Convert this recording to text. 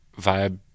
vibe